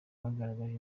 bagaragaje